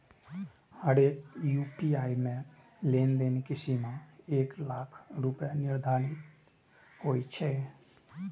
हरेक यू.पी.आई मे लेनदेन के सीमा एक लाख रुपैया निर्धारित होइ छै